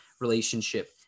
relationship